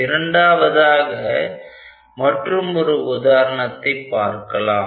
இரண்டாவதாக மற்றுமொரு உதாரணத்தைப் பார்க்கலாம்